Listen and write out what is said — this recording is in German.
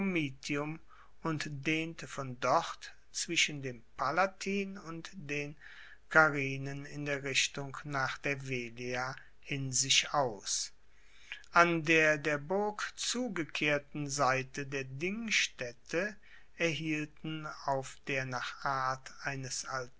und dehnte von dort zwischen dem palatin und den carinen in der richtung nach der velia hin sich aus an der der burg zugekehrten seite der dingstaette erhielten auf der nach art eines